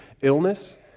illness